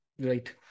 Right